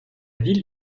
ville